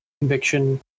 conviction